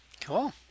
Cool